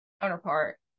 counterpart